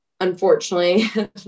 Unfortunately